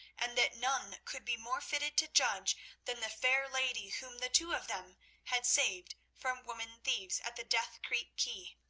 and that none could be more fitted to judge than the fair lady whom the two of them had saved from woman-thieves at the death creek quay.